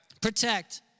protect